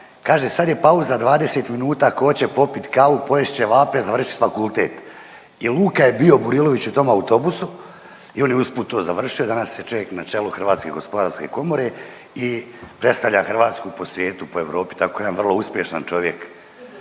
kaže sad je pauza 20 minuta ko oće popit kavu, pojest ćevape, završit fakultet i Luka je bio Burilović u tom autobusu i on je usput to završio, danas je čovjek na čelu HGK i predstavlja Hrvatsku po svijetu po Europi tako jedan vrlo uspješan čovjek.